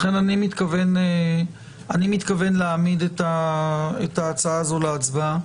לכן, אני מתכוון להעמיד את ההצעה הזו להצבעה.